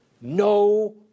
no